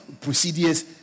procedures